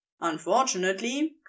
Unfortunately